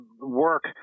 work